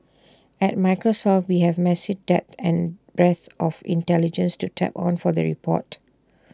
at Microsoft we have massive depth and breadth of intelligence to tap on for the report